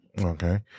Okay